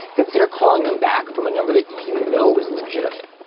consider calling them back, from a number that you know is legitimate.